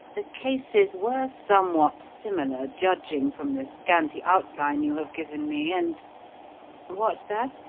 the cases were somewhat similar, judging from the scanty outline you have given me, and what's that?